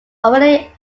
already